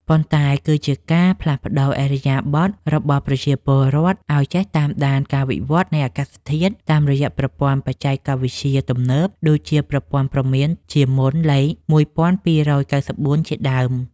ប៉ុន្តែគឺជាការផ្លាស់ប្តូរឥរិយាបថរបស់ប្រជាពលរដ្ឋឱ្យចេះតាមដានការវិវត្តនៃអាកាសធាតុ តាមរយៈប្រព័ន្ធបច្ចេកវិទ្យាទំនើបដូចជាប្រព័ន្ធព្រមានជាមុនលេខ ១២៩៤ ជាដើម។